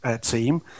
team